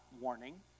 warning